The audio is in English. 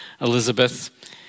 Elizabeth